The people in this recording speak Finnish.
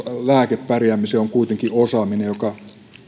lääke pärjäämiseen on kuitenkin osaaminen joka